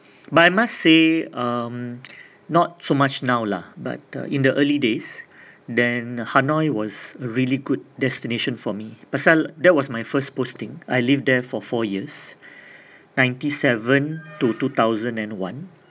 but I must say um not so much now lah but in the early days then hanoi was really good destination for me pasal that was my first posting I lived there for four years ninety-seven to two thousand and one